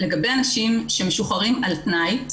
לגבי אנשים שמשוחררים על תנאי,